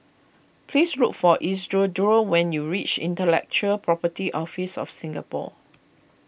please look for Isidro when you reach Intellectual Property Office of Singapore